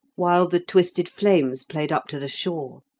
while the twisted flames played up to the shore,